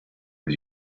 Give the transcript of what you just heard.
gli